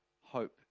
hope